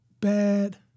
bad